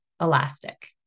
elastic